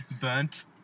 burnt